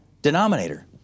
Denominator